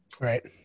right